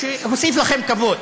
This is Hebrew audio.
שהוסיף לכם כבוד.